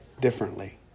differently